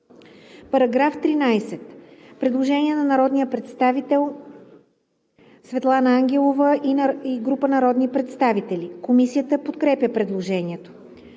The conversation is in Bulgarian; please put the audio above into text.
По § 13 има предложение на народния представител Светлана Ангелова и група народни представители. Комисията подкрепя предложението.